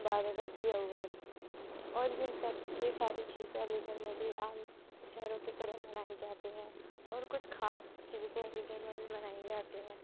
بارہ ربیع الاول اور ان سب یہ ساری چیزیں علی گڑھ میں بھی عام شہروں کی طرح منائی جاتی ہیں اور کچھ خاص چیزیں علی گڑھ میں بھی منائی جاتی ہیں